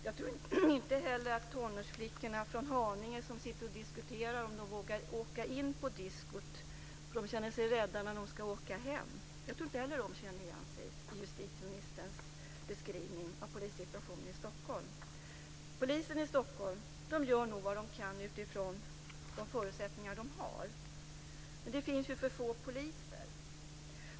Jag tror inte heller att tonårsflickorna från Haninge, som sitter och diskuterar om de vågar åka in på diskot eftersom de känner sig rädda när de ska åka hem, känner igen sig i justitieministerns beskrivning av polissituationen i Stockholm. Poliserna i Stockholm gör nog vad de kan utifrån de förutsättningar de har, men det finns ju för få poliser.